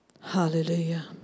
Hallelujah